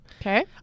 okay